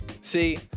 See